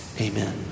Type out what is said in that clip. amen